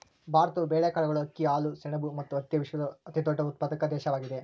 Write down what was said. ಭಾರತವು ಬೇಳೆಕಾಳುಗಳು, ಅಕ್ಕಿ, ಹಾಲು, ಸೆಣಬು ಮತ್ತು ಹತ್ತಿಯ ವಿಶ್ವದ ಅತಿದೊಡ್ಡ ಉತ್ಪಾದಕ ದೇಶವಾಗಿದೆ